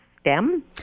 stem